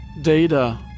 data